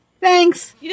Thanks